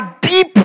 deep